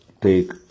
take